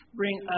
bring